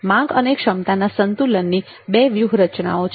માંગ અને ક્ષમતાના સંતુલનની બે વ્યૂહરચનાઓ છે